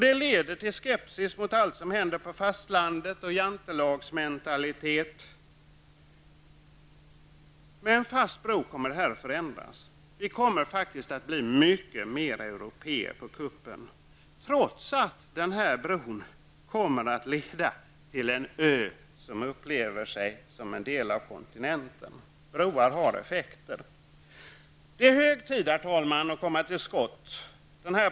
Det leder till skepsis mot allt som händer på fastlandet, jantelagsmentalitet osv. Med en fast bro kommer allt det att förändras. Vi kommer att bli mer europeer på kuppen, trots att bron kommer att leda till en ö som upplever sig som en del av kontinenten. Broar får effekter. Herr talman! Det är hög tid att komma till skott.